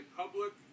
public